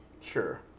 sure